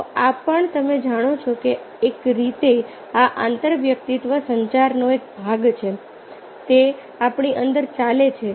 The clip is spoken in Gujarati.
તો આ પણ તમે જાણો છો એક રીતે આ આંતરવ્યક્તિત્વ સંચારનો એક ભાગ છે તે આપણી અંદર ચાલે છે